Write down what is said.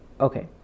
okay